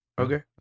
Okay